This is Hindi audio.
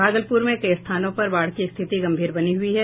भागलपुर में कई स्थानों पर बाढ़ की स्थिति गम्भीर बनी हुई है